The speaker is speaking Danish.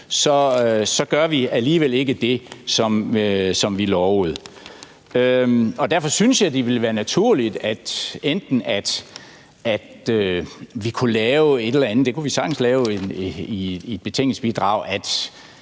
alligevel ikke gør det, som vi lovede. Derfor synes jeg, det ville være naturligt, at vi enten kunne lave et eller andet – det kunne vi sagtens lave i et betænkningsbidrag